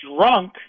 drunk